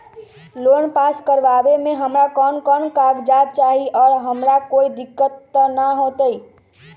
Loan pass करवावे में हमरा कौन कौन कागजात चाही और हमरा कोई दिक्कत त ना होतई?